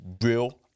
real